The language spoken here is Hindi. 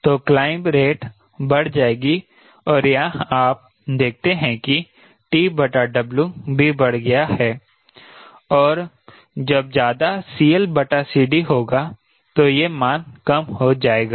तो क्लाइंब रेट बढ़ जाएगी और यहां आप देखते हैं कि TW भी बढ़ गया है और जब ज्यादा CLCD होगा तो यह मान कम हो जाएगा